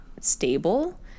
stable